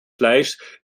fleisch